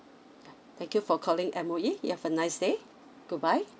yeah thank you for calling M_O_E you have a nice day goodbye